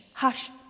Hush